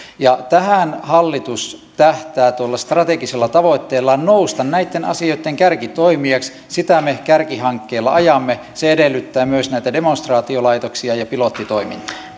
ja tähän hallitus tähtää tuolla strategisella tavoitteellaan nousta näitten asioitten kärkitoimijaksi sitä me kärkihankkeella ajamme se edellyttää myös näitä demonstraatiolaitoksia ja pilottitoimintaa